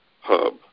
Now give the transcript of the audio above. hub